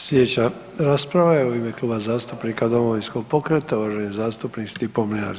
Sljedeća rasprava je u ime Kluba zastupnika Domovinskog pokreta uvaženi zastupnik Stipo Mlinarić.